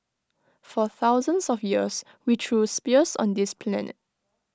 for thousands of years we threw spears on this planet